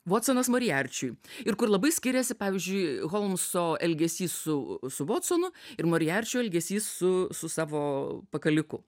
votsonas moriarčiui ir kur labai skiriasi pavyzdžiui holmso elgesys su su votsonu ir moriarčio elgesys su su savo pakaliku